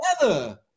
together